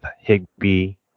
Higby